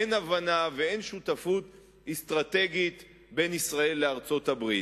אין הבנה ואין שותפות אסטרטגית בין ישראל לארצות-הברית.